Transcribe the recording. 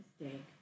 mistake